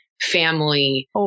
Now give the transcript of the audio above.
family